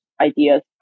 ideas